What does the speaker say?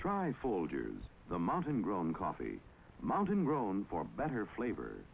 e for the mountain grown coffee mountain grown for better flavor